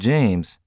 James